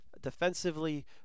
defensively